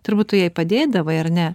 turbūt tu jai padėdavai ar ne